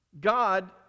God